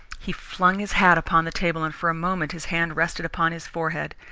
he flung his hat upon the table and for a moment his hand rested upon his forehead.